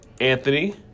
Anthony